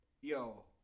yo